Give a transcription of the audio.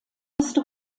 erste